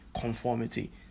conformity